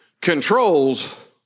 controls